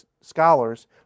scholars